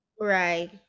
right